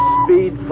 speed